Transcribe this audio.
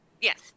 Yes